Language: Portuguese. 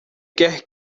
quer